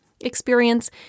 experience